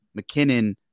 mckinnon